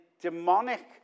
demonic